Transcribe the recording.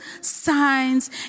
signs